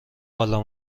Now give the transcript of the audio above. حالا